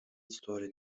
story